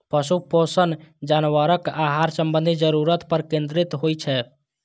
पशु पोषण जानवरक आहार संबंधी जरूरत पर केंद्रित होइ छै